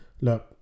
look